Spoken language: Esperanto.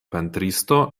pentristo